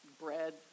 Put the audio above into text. bread